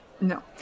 No